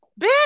bitch